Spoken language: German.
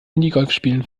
minigolfspielen